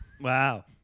Wow